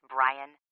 Brian